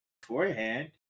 beforehand